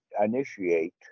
initiate